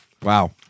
Wow